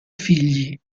figli